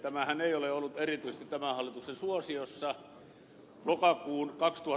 tämähän ei ole ollut erityisesti tämän hallituksen suosiossa